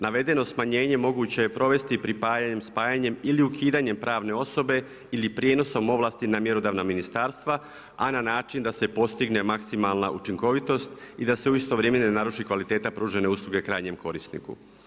Navedeno smanjenje moguće je provesti pripajanjem, spajanjem, ili ukidanjem pravne osobe ili prijenosom ovlasti na mjerodavna ministarstva, a na način da se postigne maksimalna učinkovitost i da se u isto vrijeme ne naruši kvaliteta pružene usluge krajnjem korisniku.